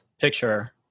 picture